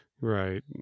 Right